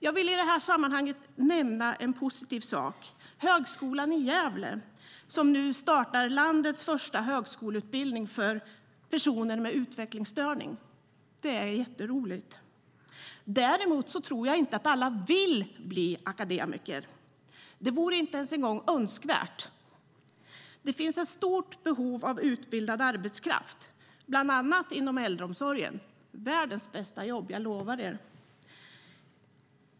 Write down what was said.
Jag vill i det sammanhanget nämna en positiv sak: Högskolan i Gävle som nu startar landets första högskoleutbildning för personer med utvecklingsstörning. Det är jätteroligt! Däremot tror jag inte att alla vill bli akademiker. Det vore inte ens önskvärt. Det finns ett stort behov av utbildad arbetskraft bland annat inom äldreomsorgen - världens bästa jobb, jag lovar er.